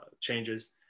changes